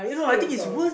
sweet and sour